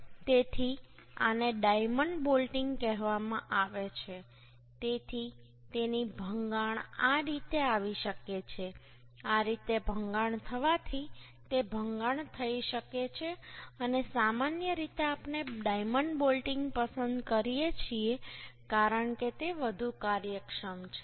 તેથી આને diamond bolting કહેવામાં આવે છે તેથી તેની ભંગાણ આ રીતે આવી શકે છે આ રીતે ભંગાણ થવાથી તે ભંગાણ થઈ શકે છે અને સામાન્ય રીતે આપણે ડાયમંડ બોલ્ટિંગ પસંદ કરીએ છીએ કારણ કે તે વધુ કાર્યક્ષમ છે